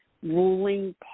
ruling